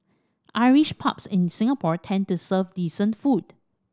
Irish pubs in Singapore tend to serve decent food